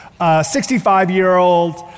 65-year-old